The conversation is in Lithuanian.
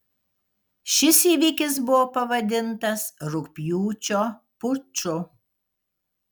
šis įvykis buvo pavadintas rugpjūčio puču